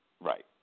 right